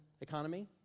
economy